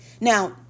Now